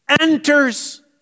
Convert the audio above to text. Enters